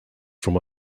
from